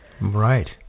Right